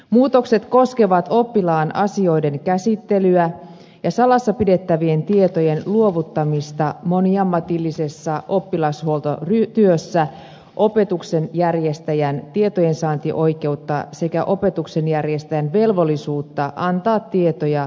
muutokset koskevat oppilaan asioiden käsittelyä ja salassa pidettävien tietojen luovuttamista moniammatillisessa oppilashuoltotyössä opetuksen järjestäjän tietojensaantioikeutta sekä opetuksen järjestäjän velvollisuutta antaa tietoja tietyissä tilanteissa